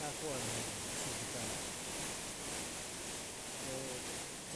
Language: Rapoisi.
Raakoari haia bisio pita o- o